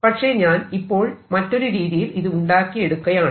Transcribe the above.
പക്ഷെ ഞാൻ ഇപ്പോൾ മറ്റൊരു രീതിയിൽ ഇത് ഉണ്ടാക്കിയെടുക്കയാണ്